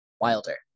Wilder